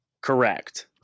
Correct